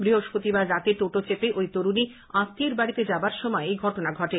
বৃহস্পতিবার রাতে টোটো চেপে ঐ তরুণী আত্মীয়ের বাড়ি যাওয়ার সময় এই ঘটনা ঘটে